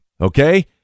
Okay